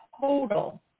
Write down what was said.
total